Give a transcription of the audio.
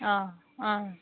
অঁ অঁ